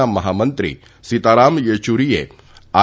ના મહામંત્રી સીતારામ યેચુરીએ આર